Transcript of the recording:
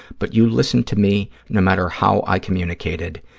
but you listened to me no matter how i communicated.